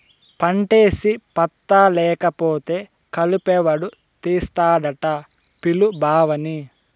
పంటేసి పత్తా లేకపోతే కలుపెవడు తీస్తాడట పిలు బావని